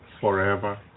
forever